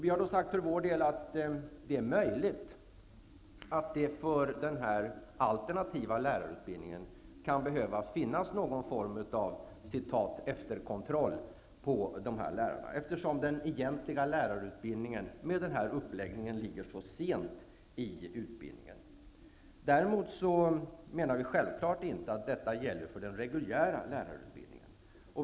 Vi har för vår del sagt att det är möjligt att det för de lärare som genomgått den alternativa lärarutbildningen kan behöva finnas någon form av ''efterkontroll'', eftersom den egentliga lärarutbildningen med den här uppläggningen kommer så sent i utbildningen. Däremot menar vi inte att detta gäller för den reguljära lärarutbildningen.